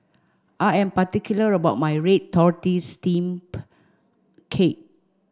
I am particular about my red tortoise steam cake